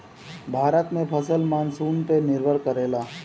भारत में फसल मानसून पे निर्भर करेला